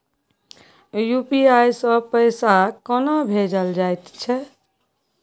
UPI सँ पैसा कोना भेजल जाइत छै?